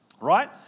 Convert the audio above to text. Right